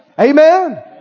Amen